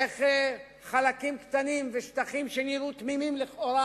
איך חלקים קטנים ושטחים שנראו תמימים לכאורה